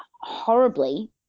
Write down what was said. horribly